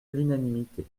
l’unanimité